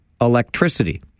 electricity